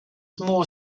more